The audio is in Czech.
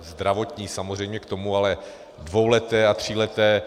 Zdravotní samozřejmě k tomu, ale dvouleté a tříleté...